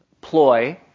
ploy